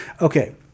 Okay